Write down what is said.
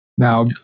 Now